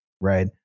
right